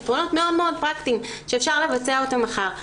פתרונות מאוד מאוד פרקטיים שאפשר לבצע אותם מחר.